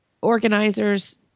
organizers